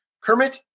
Kermit